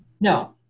No